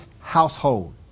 household